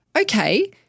okay